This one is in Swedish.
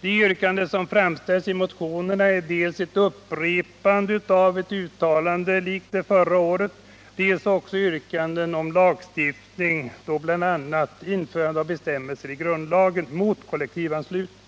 De yrkanden som framställs i motionerna gäller dels ett upprepande av ett uttalande liknande fjolårets, dels också yrkanden om lagstiftning, bl.a. införande av bestämmelser i grundlagen mot kollektivanslutning.